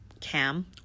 cam